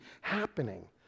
happening